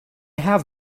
have